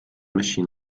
machine